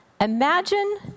Imagine